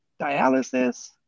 dialysis